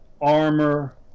armor